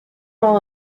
all